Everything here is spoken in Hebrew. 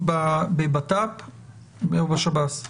דיון שבו גם יוצגו עיקרי הצעת